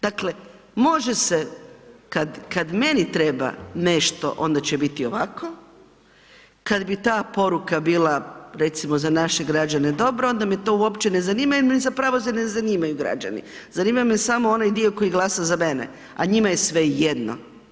Dakle, može se kad meni treba nešto, onda će biti ovako, kad bi ta poruka bila recimo za naše građane dobra onda me to uopće ne zanima jer me zapravo ne zanimaju građani, zanima me samo onaj dio koji glasa za mene a njima je svejedno.